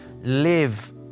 live